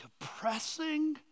depressing